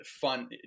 fun